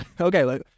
Okay